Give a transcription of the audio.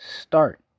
start